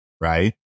right